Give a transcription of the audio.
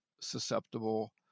susceptible